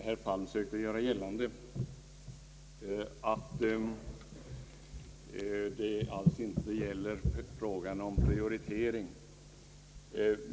Herr talman! Herr Palm söker göra gällande att det här inte alls är fråga om någon prioritering.